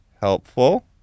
helpful